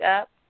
up